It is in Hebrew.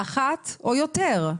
"אחת או יותר",